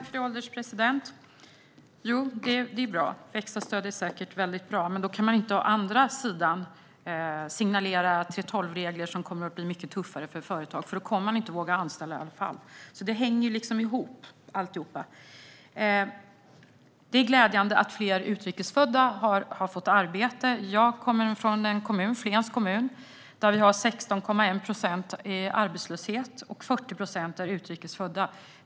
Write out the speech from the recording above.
Fru ålderspresident! Det är bra. Växa-stöd är säkert väldigt bra. Men då kan man inte å andra sidan signalera 3:12-regler som kommer att bli mycket tuffare för företag, för då kommer de inte att våga anställa i alla fall. Alltihop hänger liksom ihop. Det är glädjande att fler utrikes födda har fått arbete. Jag kommer från en kommun, Flens kommun, där vi har 16,1 procents arbetslöshet. 40 procent är utrikes födda.